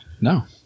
no